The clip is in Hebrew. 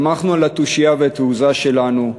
סמכנו על התושייה והתעוזה שלנו,